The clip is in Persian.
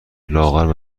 لاغر